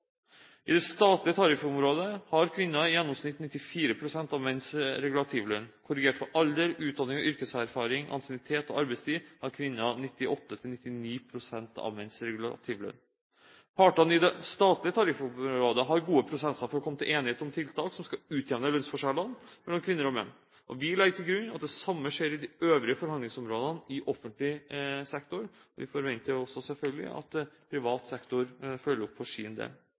I det statlige tariffområdet har kvinner i gjennomsnitt 94 pst. av menns regulativlønn. Korrigert for alder, utdanning, yrkeserfaring, ansiennitet og arbeidstid har kvinner 98–99 pst. av menns regulativlønn. Partene i det statlige tariffområdet har gode prosesser for å komme til enighet om tiltak som skal utjevne lønnsforskjellene mellom kvinner og menn, og vi legger til grunn at det samme skjer i de øvrige forhandlingsområdene i offentlig sektor. Vi forventer selvfølgelig også at privat sektor følger opp for sin del.